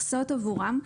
המכסה נודדת.